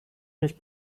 mich